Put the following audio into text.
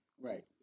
Right